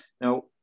Now